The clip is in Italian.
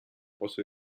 posso